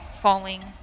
falling